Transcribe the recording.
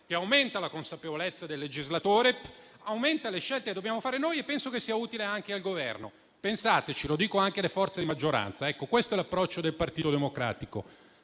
che aumenta la consapevolezza del legislatore e le scelte che dobbiamo fare noi e penso che sia utile anche al Governo. Pensateci, lo dico anche alle forze di maggioranza. Questo è l'approccio del Partito Democratico: